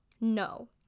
No